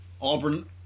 Auburn